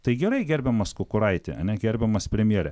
tai gerai gerbiamas kukuraiti ane gerbiamas premjere